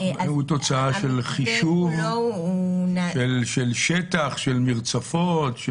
האם הוא תוצאה של חישוב של שטח, של מרצפות?